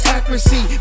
Accuracy